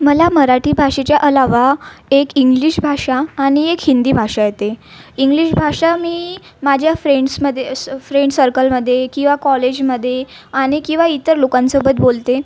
मला मराठी भाषेच्या अलावा एक इंग्लिश भाषा आणि एक हिंदी भाषा येते इंग्लिश भाषा मी माझ्या फ्रेंडसमध्ये स् फ्रेंड सर्कलमध्ये किंवा कॉलेजमध्ये आणि किंवा इतर लोकांसोबत बोलते